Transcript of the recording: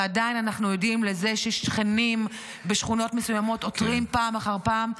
ועדיין אנחנו עדים לזה ששכנים בשכונות מסוימות עותרים פעם אחר פעם,